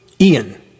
Ian